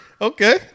Okay